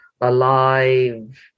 alive